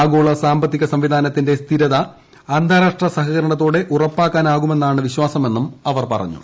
ആഗോള സാമ്പത്തിക സംവിധാനത്തിന്റെ സ്ഥിരത അന്ത്യാർട്ട്ട സഹകരണത്തോടെ ഉറപ്പാക്കാനാകുമെന്നാണ് വിശ്പാസ്ക്മന്നും അവർ പറഞ്ഞു